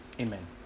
Amen